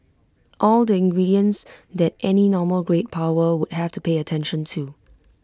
all the ingredients that any normal great power would have to pay attention to